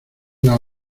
las